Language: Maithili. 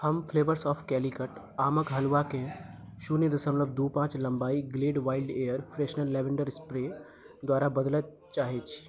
हम फ्लेवर्स ऑफ कैलीकट आमक हलवा केँ शून्य दशमलब दू पाँच लम्बाई Glade wild air freshener lavender spray द्वारा बदलय चाहै छी